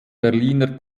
berliner